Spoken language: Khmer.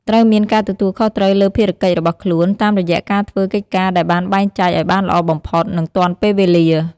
ត្រូវមានការទទួលខុសត្រូវលើភារកិច្ចរបស់ខ្លួន តាមរយះការធ្វើកិច្ចការដែលបានបែងចែកឱ្យបានល្អបំផុត និងទាន់ពេលវេលា។